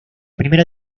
primera